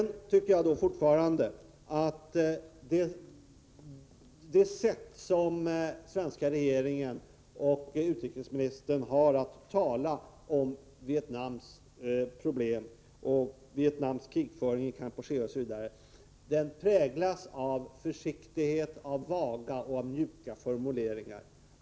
Jag tycker fortfarande att det sätt som den svenska regeringen och utrikesministern har att tala om Vietnams problem, Vietnams krigföring i Kampuchea osv. präglas av försiktighet och vaga och mjuka formuleringar.